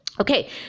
Okay